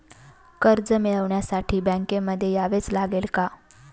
कर्ज मिळवण्यासाठी बँकेमध्ये यावेच लागेल का?